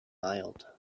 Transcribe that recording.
mild